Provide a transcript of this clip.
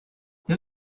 this